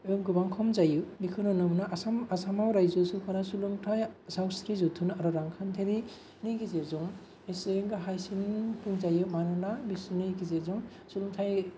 गोबां खम जायो बेखौनो नोंनो आसामाव रायजो सोरखारा सोलोंथाय सावस्रि जोथोन आरो रांखान्थिनि गेजेरजों एसे गाहायसिन होनजायो मानोना बिसोरनि गेजेरजों सोलोंथाय